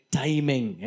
timing